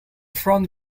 from